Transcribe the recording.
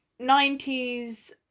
90s